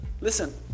listen